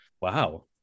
Wow